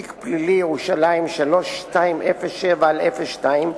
ת"פ (ירושלים) 3207/02,